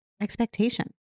expectation